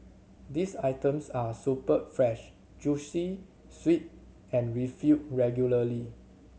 these items are superb fresh juicy sweet and refilled regularly